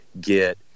get